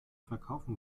verkaufen